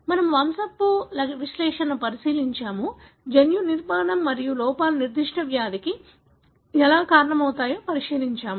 మనము వంశపు విశ్లేషణను పరిశీలించాము జన్యు నిర్మాణం మరియు లోపాలు నిర్దిష్ట వ్యాధికి ఎలా కారణమవుతాయో పరిశీలించాము